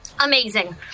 Amazing